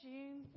June